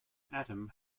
atom